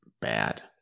bad